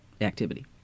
activity